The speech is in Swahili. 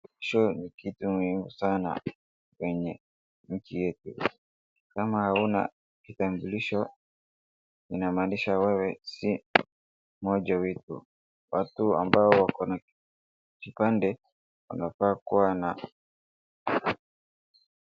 Ni kitu muhimu sana kwenye nchi yetu. Kama hauna kitambulisho, inamaanisha wewe si mmoja wetu. Watu ambao wako na kipande wanafaa kuwa na.